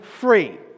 free